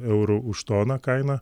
eurų už toną kaina